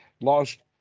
lost